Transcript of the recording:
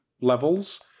levels